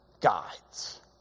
guides